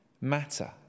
matter